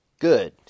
Good